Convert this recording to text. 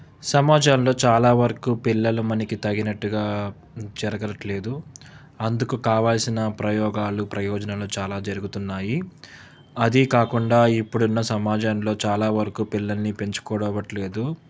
సమాజంలో చాలా వరకు పిల్లలు మనకి తగినట్టుగా జరగటం లేదు అందుకు కావాల్సిన ప్రయోగాలు ప్రయోజనాలు చాలా జరుగుతున్నాయి అదీ కాకుండా ఇప్పుడున్న సమాజంలో చాలా వరకు పిల్లల్ని పెంచుకోవవడం లేదు